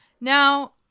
Now